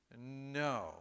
no